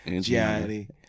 Gianni